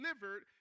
delivered